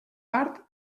part